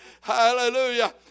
Hallelujah